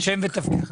שם ותפקיד.